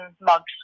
mugs